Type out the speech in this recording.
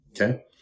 Okay